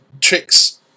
tricks